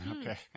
Okay